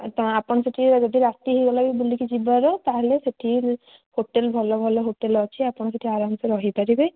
ତ ଆପଣ ସେଠି ଯଦି ରାତି ହେଇଗଲା ବୁଲିକି ଯିବାର ତା'ହେଲେ ସେଠି ହୋଟେଲ ଭଲ ଭଲ ହୋଟେଲ ଅଛି ଆପଣ ସେଠି ଆରାମ ସେ ରହିପାରିବେ